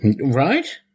Right